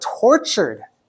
tortured